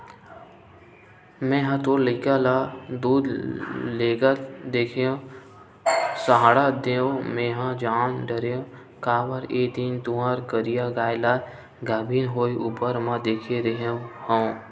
मेंहा तोर लइका ल दूद लेगत देखेव सहाड़ा देव मेंहा जान डरेव काबर एक दिन तुँहर करिया गाय ल गाभिन होय ऊपर म देखे रेहे हँव